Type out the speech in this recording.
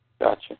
Gotcha